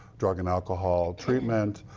drug and alcohol treatment,